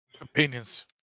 Opinions